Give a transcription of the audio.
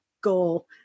goal